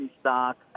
stock